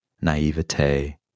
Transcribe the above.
naivete